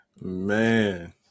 Man